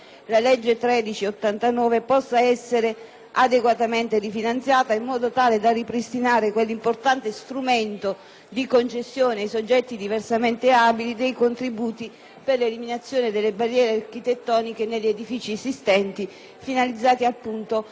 13 del 1989 possa essere adeguatamente rifinanziata, in modo tale da ripristinare quell'importante strumento di concessione ai soggetti diversamente abili dei contributi per l'eliminazione delle barriere architettoniche negli edifici esistenti, finalizzati appunto